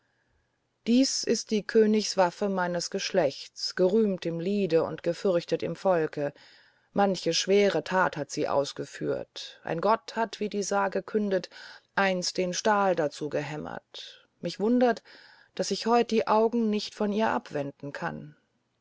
dies ist die königswaffe meines geschlechtes gerühmt im liede und gefürchtet im volke manche schwere tat hat sie ausgeführt ein gott hat wie die sage kündet einst den stahl dazu gehämmert mich wundert daß ich heut die augen nicht von ihr abwenden kann